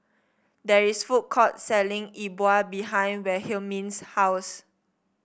there is a food court selling E Bua behind Wilhelmine's house